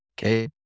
Okay